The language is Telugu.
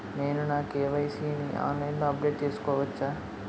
నేను నా కే.వై.సీ ని ఆన్లైన్ లో అప్డేట్ చేసుకోవచ్చా?